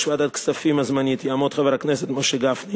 ועדת הכספים הזמנית יעמוד חבר הכנסת משה גפני